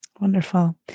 Wonderful